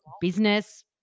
business